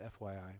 FYI